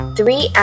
Three